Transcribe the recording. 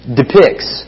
depicts